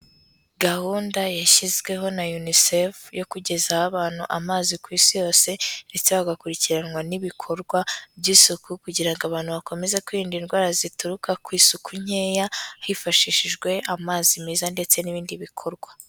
Gahunda yashyizweho na Uncef yo kugezaho abantu amazi ku isi yose ndetse hagakurikiranwa n'ibikorwa by'isuku kugira ngo abantu bakomeze kwirinda indwara zituruka ku isuku nkeya, hifashishijwe amazi meza ndetse n'ibindi bikorwa.